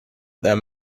them